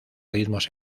ritmos